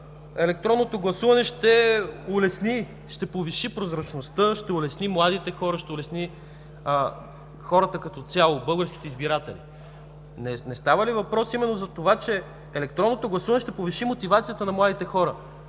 електронното гласуване, ще повиши прозрачността, ще улесни младите хора, ще улесни хората като цяло, българските избиратели?! Не става ли въпрос именно за това, че електронното гласуване ще повиши мотивацията на младите хора?